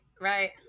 right